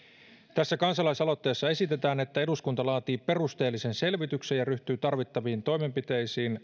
tässä kansalaisaloitteessa esitetään että eduskunta laatii perusteellisen selvityksen ja ryhtyy tarvittaviin toimenpiteisiin